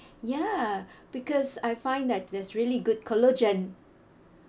ya because I find that there's really good collagen